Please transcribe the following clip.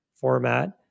format